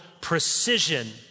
precision